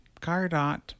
Cardot